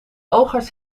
oogarts